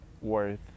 worth